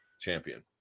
champion